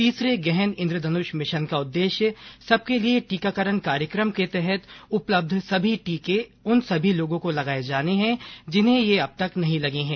तीसरे गहन इन्द्रधनुष मिशन का उद्देश्य सबके लिए टीकाकरण कार्यक्रम के तहत उपलब्ध सभी टीके उन सभी लोगों को लगाए जाने हैं जिन्हें ये अब तक नहीं लगे हैं